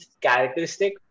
characteristic